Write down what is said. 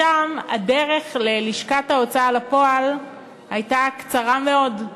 משם הדרך ללשכת ההוצאה לפועל הייתה קצרה מאוד,